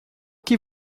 que